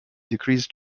decreased